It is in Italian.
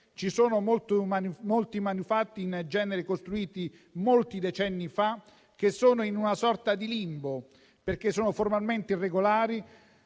ci sono molti manufatti, in genere costruiti vari decenni fa, che sono in una sorta di limbo, perché sono formalmente regolari,